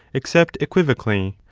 except equivocally,